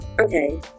okay